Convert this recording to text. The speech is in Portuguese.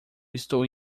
estou